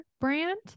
brand